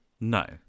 No